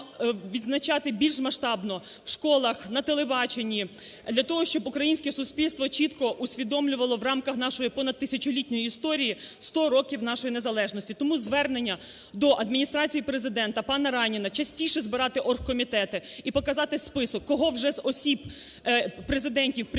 відзначати більш масштабно в школах, на телебаченні, для того щоб українське суспільство чітко усвідомлювало в рамках нашої понад тисячолітньої історії 100 років нашої незалежності. Тому звернення до Адміністрації Президента панаРайніна, частіше збирати оргкомітети і показати список, кого вже з осіб президентів, прем'єрів